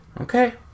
Okay